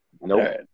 Nope